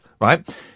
right